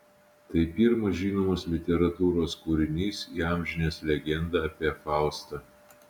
tai pirmas žinomas literatūros kūrinys įamžinęs legendą apie faustą